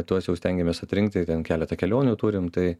tuos jau stengiamės atrinkti ten keletą kelionių turim tai